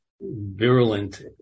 virulent